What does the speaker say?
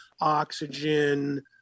oxygen